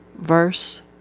verse